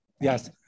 Yes